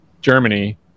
germany